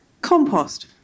compost